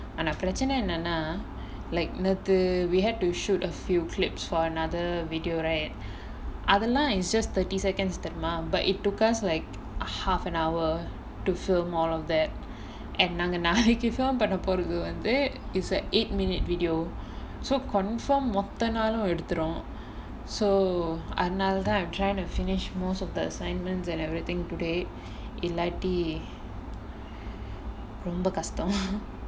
ஆனா பிரச்சன என்னேன்னா:aanaa pirachana ennaennaa like நேத்து:naethu we had to shoot a few clips for another video right அதெல்லாம்:athellaam it's just thirty seconds தெரிமா:therimaa but it took us like a half an hour to film all of that and நாங்க நாளைக்கு:naanga naalaikku film பண்ணபோறது வந்து:pannaporathu vanthu it's a eight minute video so confirm மொத்த நாளும் எடுத்துரும்:motha naalum eduthurum so அதுனால தான்:athunaala thaan I'm trying to finish most of the assignments and everything today இல்லாட்டி ரொம்ப கஷ்டம்:illaatti romba kashtam